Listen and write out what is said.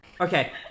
Okay